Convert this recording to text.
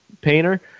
painter